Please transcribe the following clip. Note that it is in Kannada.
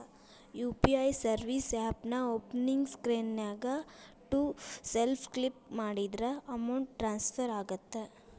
ಯು.ಪಿ.ಐ ಸರ್ವಿಸ್ ಆಪ್ನ್ಯಾಓಪನಿಂಗ್ ಸ್ಕ್ರೇನ್ನ್ಯಾಗ ಟು ಸೆಲ್ಫ್ ಕ್ಲಿಕ್ ಮಾಡಿದ್ರ ಅಮೌಂಟ್ ಟ್ರಾನ್ಸ್ಫರ್ ಆಗತ್ತ